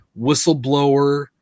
whistleblower